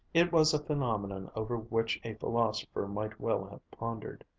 it was a phenomenon over which a philosopher might well have pondered,